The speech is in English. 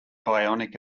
bionic